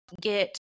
get